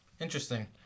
interesting